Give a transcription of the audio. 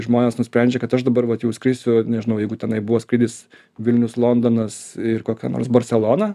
žmonės nusprendžia kad aš dabar vat jau skrisiu nežinau jeigu tenai buvo skrydis vilnius londonas ir kokia nors barselona